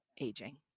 aging